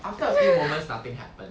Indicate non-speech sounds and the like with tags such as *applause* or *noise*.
*breath*